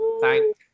Thank